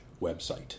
website